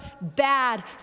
bad